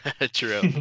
true